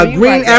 Green